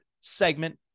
segment